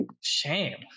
Shame